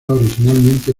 originalmente